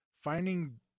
finding